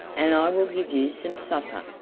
and i will give you some supper,